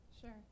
Sure